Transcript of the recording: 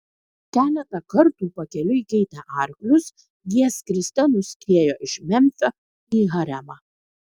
keletą kartų pakeliui keitę arklius jie skriste nuskriejo iš memfio į haremą